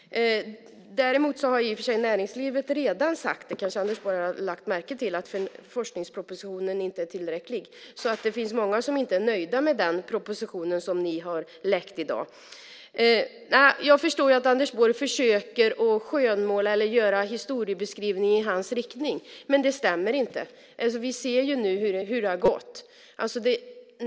Däremot har näringslivet redan sagt - det kanske Anders Borg har lagt märke till - att forskningspropositionen inte är tillräcklig. Det finns många som inte är nöjda med den proposition som ni har läckt i dag. Jag förstår att Anders Borg försöker skönmåla eller ge en historieskrivning som går i hans riktning. Men det stämmer inte. Vi ser hur det har gått.